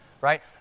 Right